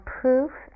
proof